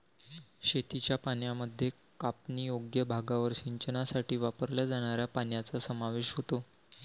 शेतीच्या पाण्यामध्ये कापणीयोग्य भागावर सिंचनासाठी वापरल्या जाणाऱ्या पाण्याचा समावेश होतो